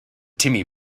timmy